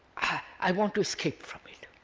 i want to escape from it,